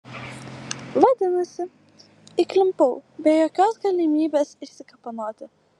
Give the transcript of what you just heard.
vadinasi įklimpau be jokios galimybės išsikapanoti